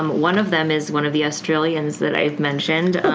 um one of them is one of the australians that i've mentioned